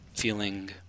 Feeling